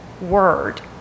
word